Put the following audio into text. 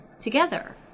together